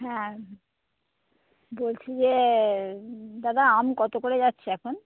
হ্যাঁ বলছি যে দাদা আম কত করে যাচ্ছে এখন